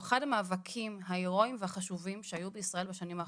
הוא אחד המאבקים ההירואים והחשובים שהיו בישראל בשנים האחרונות.